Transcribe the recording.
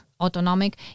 autonomic